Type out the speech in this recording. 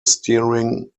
steering